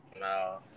No